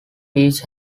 beach